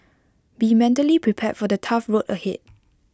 be mentally prepared for the tough road ahead